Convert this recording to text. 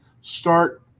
start